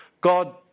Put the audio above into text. God